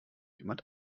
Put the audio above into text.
jemand